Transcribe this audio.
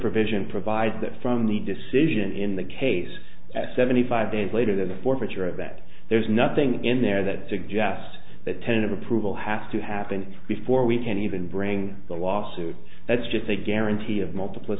provision provides that from the decision in the case at seventy five days later than the forfeiture of that there's nothing in there that suggests that ten of approval has to happen before we can even bring the lawsuit that's just a guarantee of